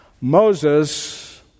Moses